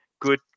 good